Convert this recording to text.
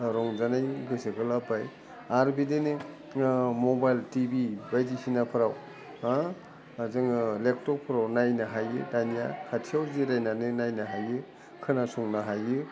रंजानाय गोसोखौ लाबबाय आरो बिदिनो मबाइल टिभि बायदिसिनाफ्राव होह जोङो लेपटपफ्राव नायनो हायो दानिया खाथियाव जिरायनानै नायनो हायो खोनासंनो हायो